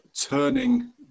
turning